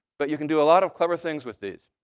but you can do a lot of clever things with these.